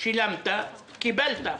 שילמת קיבלת.